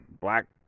black